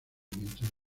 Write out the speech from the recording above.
mientras